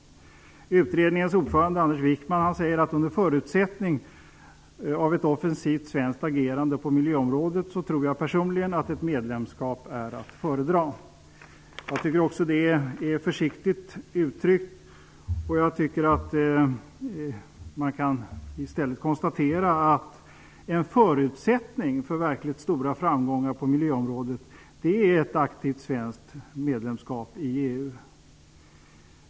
Utredningens ordförande Anders Wijkman säger: Under förutsättning av ett offensivt svenskt agerande på miljöområdet tror jag personligen att ett medlemskap är att föredra. Jag tycker att även det är försiktigt uttryckt. Jag tycker att man i stället kan konstatera att en förutsättning för verkligt stora framgångar på miljöområdet är ett aktivt svenskt medlemskap i EU.